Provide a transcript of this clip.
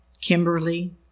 Kimberly